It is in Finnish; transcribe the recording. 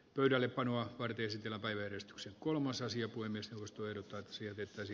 pöydällepanoa varten sillä päiväjärjestyksen kolmas asia kuin mestaruus toi paitsi että se